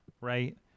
Right